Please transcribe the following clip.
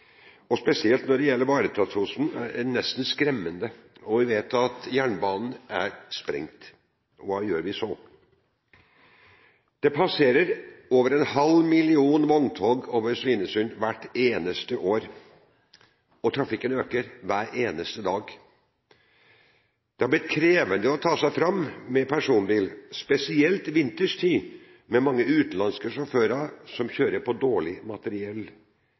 og spesielt når det gjelder varetransporten, er det nesten skremmende. Vi vet at jernbanen er sprengt. Hva gjør vi så? Det passerer over en halv million vogntog over Svinesund hvert eneste år, og trafikken øker hver eneste dag. Det har blitt krevende å ta seg fram med personbil, spesielt vinterstid, med mange utenlandske sjåfører som kjører på dårlig materiell.